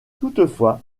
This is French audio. toutefois